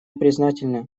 признательна